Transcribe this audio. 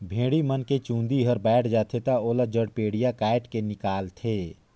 भेड़ी मन के चूंदी हर बायड जाथे त ओला जड़पेडिया कायट के निकालथे